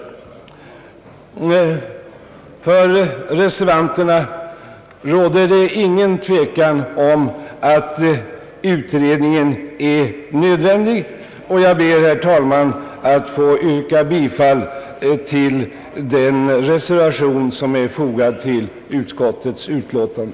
För reservanterna råder det ingen tvekan om att utredningen är nödvändig, och jag ber, herr talman, att få yrka bifall till den reservation som är fogad till utskottets utlåtande.